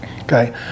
okay